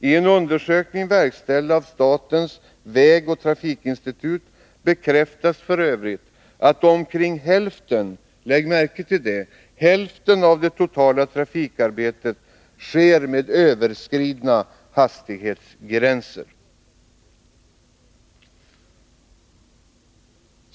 I en undersökning verkställd av statens vägoch trafikinstitut bekräftas f. ö. att omkring hälften — lägg märke till det — av det totala trafikarbetet sker med överskridna hastighetsgränser.